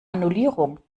annullierung